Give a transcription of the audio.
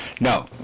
No